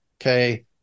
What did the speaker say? okay